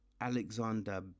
Alexander